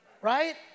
right